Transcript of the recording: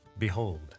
Behold